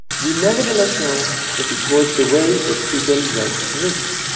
we nevertheless know that it was the way that people read music.